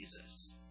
Jesus